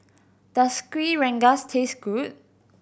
does Kuih Rengas taste good